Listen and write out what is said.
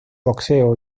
boxeo